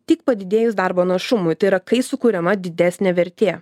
tik padidėjus darbo našumui tai yra kai sukuriama didesnė vertė